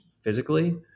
physically